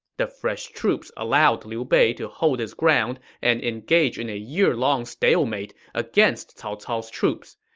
the fresh troops allowed liu bei to hold his ground and engage in a yearlong stalemate against cao cao's troops.